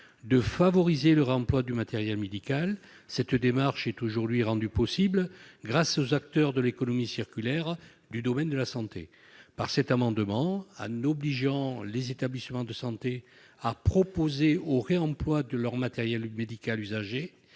de favoriser le réemploi du matériel médical. Cette démarche est aujourd'hui rendue possible grâce aux acteurs de l'économie circulaire du domaine de la santé. En obligeant les établissements de santé à prévoir le réemploi de leur matériel médical usagé